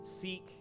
Seek